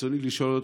רצוני לשאול,